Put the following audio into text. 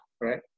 right